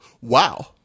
Wow